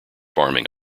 farming